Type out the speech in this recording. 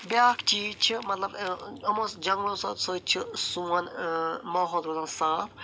بیاکھ چیٖز چھِ مطلب یِمو جنگلاتو سۭتۍ چھُ سون ماحول روزان صاف